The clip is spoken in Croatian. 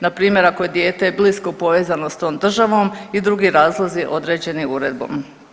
Npr. ako je dijete blisko povezano s tom državom i drugi razlozi određeni Uredbom.